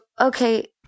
okay